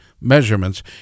measurements